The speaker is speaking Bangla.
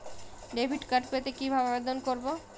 ডেবিট কার্ড পেতে কিভাবে আবেদন করব?